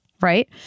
Right